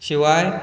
शिवाय